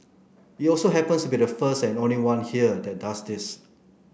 it also happens to be the first and only one here that does this